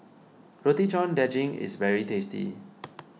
Roti John Daging is very tasty